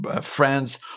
friends